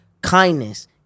kindness